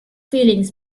feelings